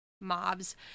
mobs